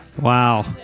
wow